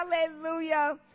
hallelujah